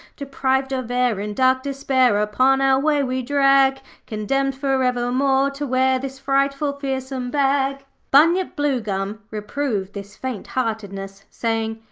deprived of air, in dark despair upon our way we drag condemned for evermore to wear this frightful, fearsome bag bunyip bluegum reproved this faint-heartedness, saying,